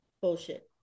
Bullshit